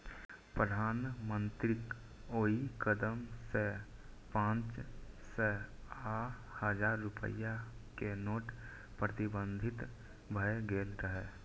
प्रधानमंत्रीक ओइ कदम सं पांच सय आ हजार रुपैया के नोट प्रतिबंधित भए गेल रहै